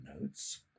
notes